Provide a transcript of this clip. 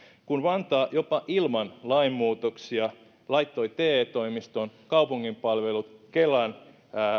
kun vantaa jopa ilman lainmuutoksia laittoi te toimiston kaupungin palvelut kelan